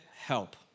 help